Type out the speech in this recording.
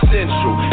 Central